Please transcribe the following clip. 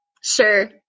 Sure